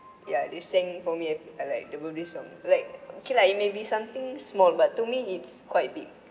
ya they sang for me uh like the birthday song like okay lah it may be something small but to me it's quite big